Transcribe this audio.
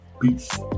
peace